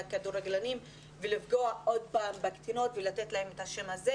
הכדורגלנים ולפגוע עוד פעם בקטינות ולתת להם את השם זה.